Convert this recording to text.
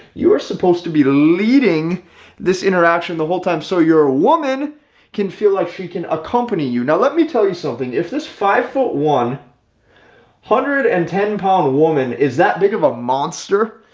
you're supposed to be leading this interaction the whole time so your woman can feel like she can accompany you. now let me tell you something. if this five foot one hundred and ten pound a woman is that big of a monster?